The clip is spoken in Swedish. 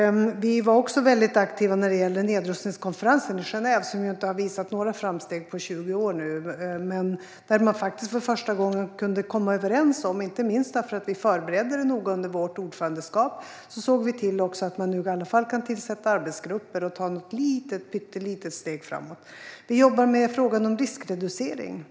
Vi var också väldigt aktiva när det gäller nedrustningskonferensen i Genève, som ju inte har visat några framsteg på 20 år. Där kunde man faktiskt för första gången komma överens om något. Inte minst därför att vi förberedde det noga under vårt ordförandeskap såg vi till att man nu i alla fall kan tillsätta arbetsgrupper och ta ett pyttelitet steg framåt. Vi jobbar med frågan om riskreducering.